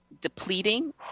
depleting